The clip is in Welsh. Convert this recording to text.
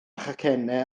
chacennau